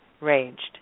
raged